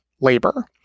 labor